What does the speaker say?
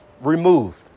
removed